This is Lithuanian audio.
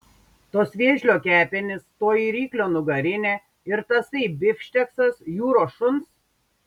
tos vėžlio kepenys toji ryklio nugarinė ir tasai bifšteksas jūros šuns